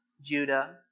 Judah